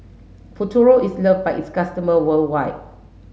Futuro is love by its customer worldwide